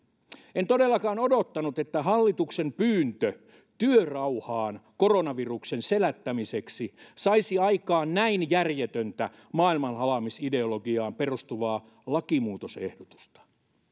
en todellakaan odottanut että hallituksen pyyntö työrauhasta koronaviruksen selättämiseksi saisi aikaan näin järjetöntä maailmanhalaamisideologiaan perustuvaa lakimuutosehdotusta